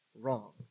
wrong